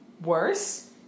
Worse